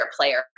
player